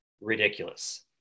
ridiculous